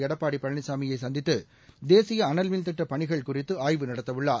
எடப்பாடிபழனிசாமியைசந்தித்து தேசியஅனல்மின் திட்டப் பணிகள் குறித்துஆய்வு நடத்தவுள்ளார்